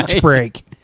break